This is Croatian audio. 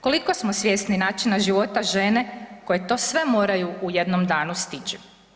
Koliko smo svjesni načina života žene koje to sve moraju u jednom danu stići?